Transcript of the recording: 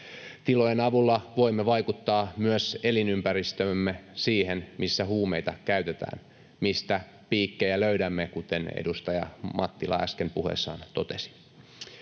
Tilojen avulla voimme vaikuttaa myös elinympäristöömme, siihen, missä huumeita käytetään, mistä piikkejä löydämme, kuten edustaja Mattila äsken puheessaan totesi.